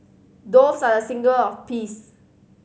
doves are a symbol of peace